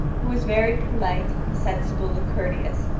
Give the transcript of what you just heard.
who was very polite and sensible and courteous,